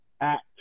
act